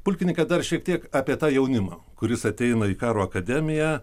pulkininke dar šiek tiek apie tą jaunimą kuris ateina į karo akademiją